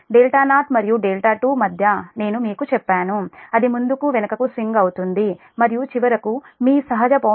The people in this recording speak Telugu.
δ0 మరియు δ2 మధ్య నేను మీకు చెప్పాను అది ముందుకు వెనుకకు స్వింగ్ అవుతుంది మరియు చివరకు మీ సహజ పౌన